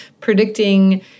predicting